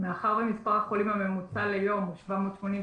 מאחר ומספר החולים הממוצע ליום הוא 783,